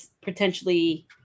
potentially